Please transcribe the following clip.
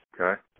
Okay